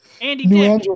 andy